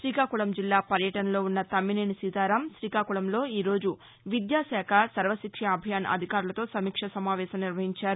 శ్రీకాకుళం జిల్లా పర్యటనలో ఉన్న తమ్మినేని సీతారాం శ్రీకాకుళంలో ఈ రోజు విద్యాశాఖ సర్వశిక్ష అభియాన్ అధికారులతో సమీక్షా సమావేశం నిర్వహించారు